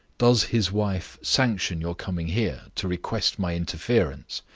does his wife sanction your coming here to request my interference?